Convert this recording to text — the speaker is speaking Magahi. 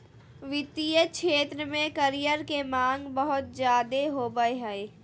वित्तीय क्षेत्र में करियर के माँग बहुत ज्यादे होबय हय